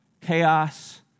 chaos